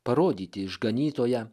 parodyti išganytoją